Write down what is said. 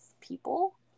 people